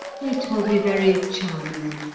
it will be very charming,